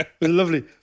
Lovely